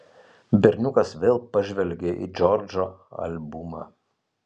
berniukas vėl pažvelgė į džordžo albumą